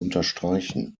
unterstreichen